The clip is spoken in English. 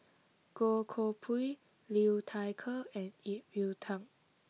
Goh Koh Pui Liu Thai Ker and Ip Yiu Tung